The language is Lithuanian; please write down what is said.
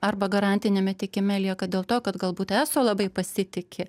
arba garantiniame tiekime lieka dėl to kad galbūt eso labai pasitiki